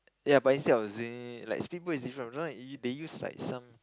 ya but instead of like these people is different sometimes they they use like some